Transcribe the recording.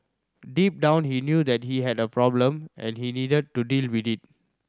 deep down he knew that he had a problem and he needed to deal with it